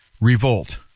revolt